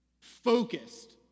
focused